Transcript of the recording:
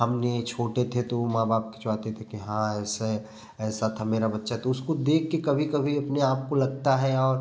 हमने छोटे थे तो माँ बाप चाहते थे कि हाँ ऐसे ऐसा था मेरा बच्चा तो उसको देख के कभी कभी अपने आप को लगता है और